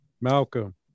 Malcolm